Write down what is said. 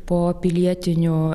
po pilietinių